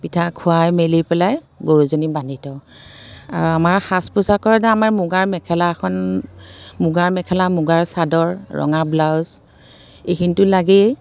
পিঠা খুৱাই মেলি পেলাই গৰুজনী বান্ধি থওঁ আৰু আমাৰ সাজ পোচাকৰ আমাৰ মুগাৰ মেখেলাখন মুগাৰ মেখেলা মুগাৰ চাদৰ ৰঙা ব্লাউজ এইখিনিটো লাগেই